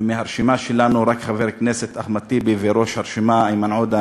ומהרשימה שלנו רק חבר הכנסת אחמד טיבי וראש הרשימה איימן עודה,